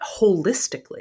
holistically